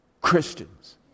Christians